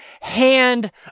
hand